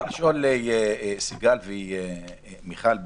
סיגל ומיכל,